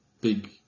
big